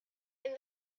and